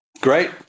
Great